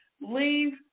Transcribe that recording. Leave